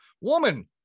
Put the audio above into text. woman